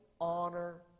honor